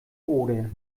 oder